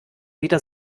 wieder